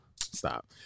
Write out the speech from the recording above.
Stop